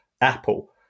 Apple